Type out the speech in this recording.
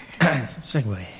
segue